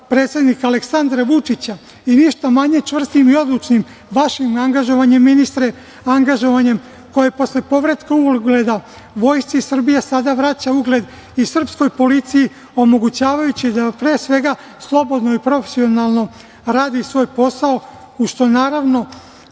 predsednika Aleksandra Vučića i ništa manje čvrstim i odlučnim vašim angažovanjem ministre, koje posle povratka ugleda Vojske Srbije sada vraća ugled i srpskoj policiji, omogućavajući da pre svega slobodno i profesionalno radi svoj posao, a što naravno